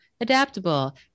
adaptable